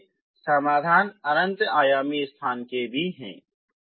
इसलिए समाधान अनंत आयामी स्थान के भी हैं